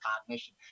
cognition